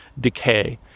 decay